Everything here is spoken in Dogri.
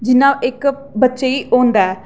जिन्ना इक बच्चे गी होंदा ऐ